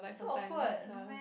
so awkward no meh